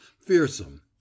fearsome